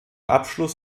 abschluss